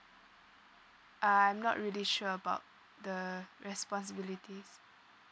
uh I'm not really sure about the responsibilities